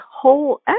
whole